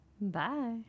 Bye